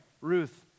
Ruth